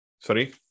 Sorry